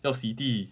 要洗地